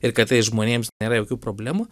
ir kartais žmonėms nėra jokių problemų